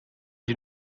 die